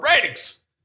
ratings